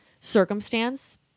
circumstance